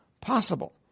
possible